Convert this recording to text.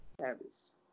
service